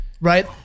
right